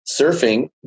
surfing